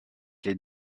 les